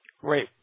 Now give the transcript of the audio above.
great